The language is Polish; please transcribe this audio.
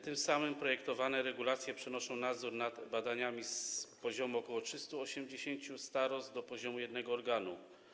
Tym samym projektowane regulacje przenoszą nadzór nad badaniami z poziomu ok. 380 starostw do poziomu jednego organu.